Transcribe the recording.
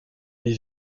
des